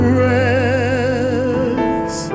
rest